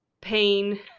pain